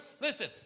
listen